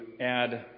add